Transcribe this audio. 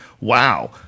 Wow